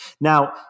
Now